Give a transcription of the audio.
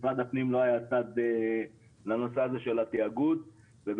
למשרד הפנים לא היה צד לנושא הזה של התאגוד ובכל